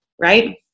right